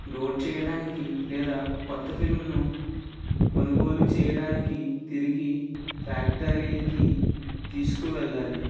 load చేయడానికి లేదా క్రొత్త ఫిలింను కొనుగోలు చేయడానికి తిరిగి ఫ్యాక్టరీలకు తీసుకువెళ్ళాలి